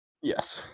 Yes